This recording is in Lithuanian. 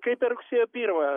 kaip per rugsėjo pirmą